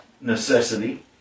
necessity